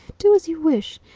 do as you wish.